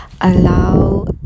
allow